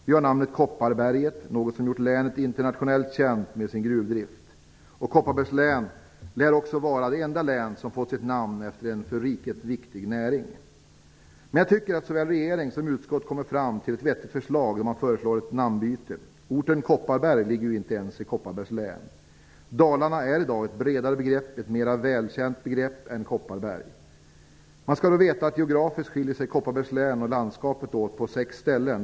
Vi har namnet Kopparberget, något som gjort länet internationellt känt med dess gruvdrift. Kopparbergs län lär också vara det enda län som fått sitt namn efter en för riket viktig näring. Jag tycker att såväl regering som utskott kommer fram till ett vettigt förslag när man föreslår ett namnbyte. Orten Kopparberg ligger ju inte ens i Kopparbergs län. Dalarna är i dag ett bredare och mer välkänt begrepp än Kopparberg. Man skall veta att Kopparbergs län och landskapet geografiskt skiljer sig åt på sex ställen.